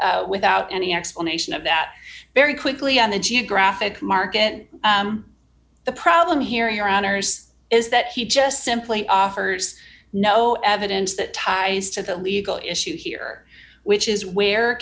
without any explanation of that very quickly on the geographic market the problem here your honour's is that he just simply offers no evidence that ties to the legal issue here which is where